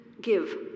give